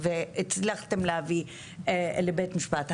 והצלחתם להביא לבית משפט.